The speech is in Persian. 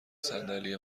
صندلی